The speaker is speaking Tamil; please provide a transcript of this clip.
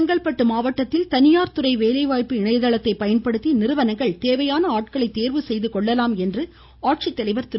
செங்கல்பட்டு மாவட்டத்தில் தனியார் துறை வேலைவாய்ப்பு இணையதளத்தை பயன்படுத்தி நிறுவனங்கள் தேவையான ஆட்களை தேர்வு செய்துகொள்ளலாம் என ஆட்சித்தலைவா் திரு